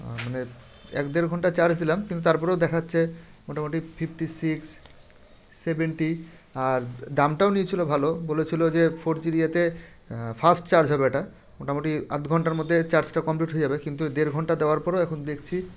মানে এক দেড় ঘন্টা চার্জ দিলাম কিন্তু তারপরেও দেখাচ্ছে মোটামুটি ফিফটি সিক্স সেভেন্টি আর দামটাও নিয়েছিলো ভালো বলেছিলো যে ফোর জির ইয়েতে ফাস্ট চার্জ হবে এটা মোটামুটি আধ ঘন্টার মধ্যে চার্জটা কমপ্লিট হয়ে যাবে কিন্তু দেড় ঘন্টা দেওয়ার পরও এখন দেখছি